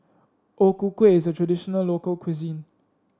O Ku Kueh is a traditional local cuisine